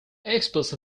experts